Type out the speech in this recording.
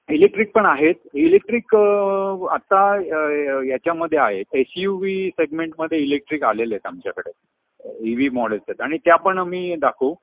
electric पण आहेत electric आत्ता य याच्यामध्ये आहे एस यू व्ही सेगमेंटमध्ये इलेक्ट्रिक आलेले आहेत आमच्याकडे इ व्ही मॉडेल्स आहेत आणि त्या पण आम्ही दाखवू